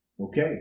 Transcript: Okay